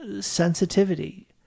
sensitivity